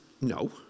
no